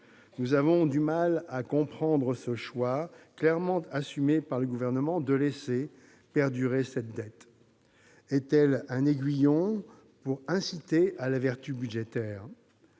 Nous avons du mal à comprendre le choix, clairement assumé par le Gouvernement, de laisser perdurer cette dette. Est-elle un aiguillon pour inciter à la vertu budgétaire ?